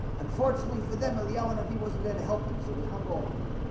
unfortunately for them aliawan if he wasn't there to help them so they hung all of them